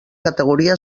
categoria